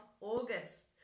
August